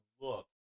look